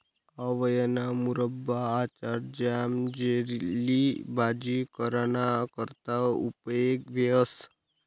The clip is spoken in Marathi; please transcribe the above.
आवयाना मुरब्बा, आचार, ज्याम, जेली, भाजी कराना करता उपेग व्हस